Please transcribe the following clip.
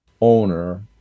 owner